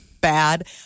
bad